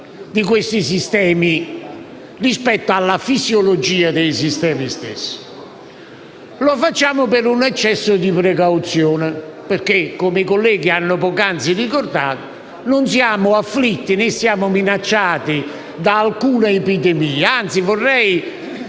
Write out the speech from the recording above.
di questi sistemi, rispetto alla fisiologia dei sistemi stessi. Lo facciamo per un eccesso di precauzione, perché, come i colleghi hanno poc'anzi ricordato, non siamo afflitti né siamo minacciati da alcuna epidemia e, anzi, vorrei